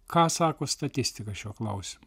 ką sako statistika šiuo klausimu